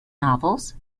novels